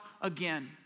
again